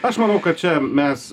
aš manau kad čia mes